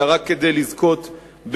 אלא רק כדי לזכות בכותרת.